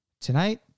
tonight